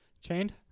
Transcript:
Chained